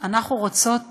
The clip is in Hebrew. אנחנו רוצות